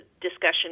discussion